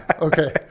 okay